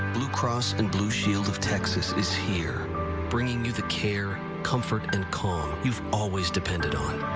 blue cross and blue shield of texas is here bringing you the care, comfort and calm you've always depended on.